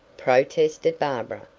protested barbara,